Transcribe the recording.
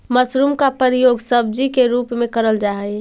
mushroom का प्रयोग सब्जी के रूप में करल हई